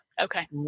Okay